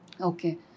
Okay